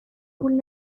پول